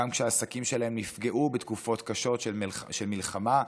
גם כשהעסקים שלהם נפגעו בתקופות קשות של מלחמה,